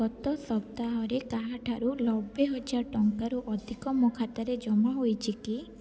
ଗତ ସପ୍ତାହରେ କାହାଠାରୁ ନବେ ହଜାର ଟଙ୍କାରୁ ଅଧିକ ମୋ ଖାତାରେ ଜମା ହୋଇଛି କି